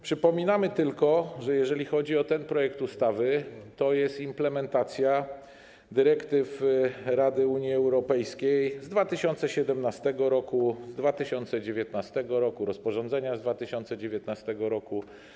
Przypominam tylko, że jeżeli chodzi o ten projekt ustawy, to jest to implementacja dyrektyw Rady Unii Europejskiej z 2017 r. i z 2019 r. i rozporządzenia z 2019 r.